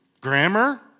grammar